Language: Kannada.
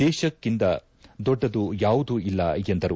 ದೇಶಕ್ಕಿಂತ ದೊಡ್ಡದು ಯಾವುದು ಇಲ್ಲ ಎಂದರು